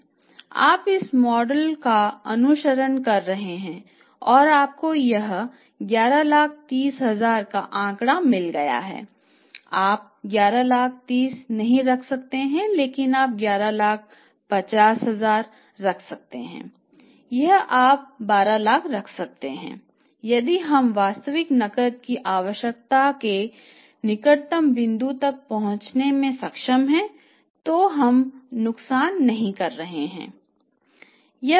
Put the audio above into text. आप इस मॉडल का अनुसरण कर रहे हैं और आपको यह 113 का आंकड़ा मिल गया है आप 113 नहीं रख सकते हैं लेकिन आप 115 रखते हैं या आप 12 रखते हैं या आप 11 यदि हम वास्तविक नकद की आवश्यकता के निकटतम बिंदु तक पहुंचने में सक्षम हैं तो हम नुकसान में नहीं हैं